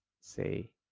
say